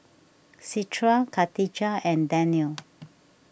Citra Khatijah and Danial